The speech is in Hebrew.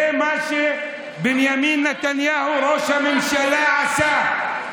זה מה שבנימין נתניהו ראש הממשלה עשה.